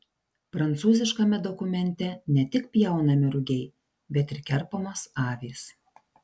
prancūziškame dokumente ne tik pjaunami rugiai bet ir kerpamos avys